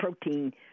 protein